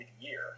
year